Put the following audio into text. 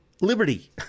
Liberty